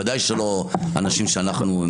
ודאי לא אנשים שאנחנו מכירים.